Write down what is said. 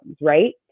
right